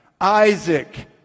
Isaac